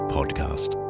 Podcast